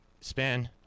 spin